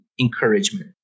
encouragement